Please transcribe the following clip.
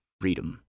Freedom